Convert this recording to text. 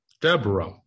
Deborah